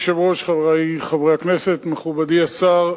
אדוני היושב-ראש, חברי חברי הכנסת, מכובדי השר,